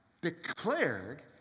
declared